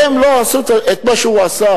הן לא עשו את מה שהוא עשה,